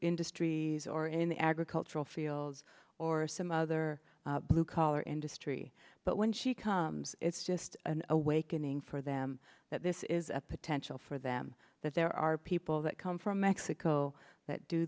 industries or in the agricultural fields or some other blue collar industry but when she comes it's just an awakening for them that this is a potential for them that there are people that come from mexico that do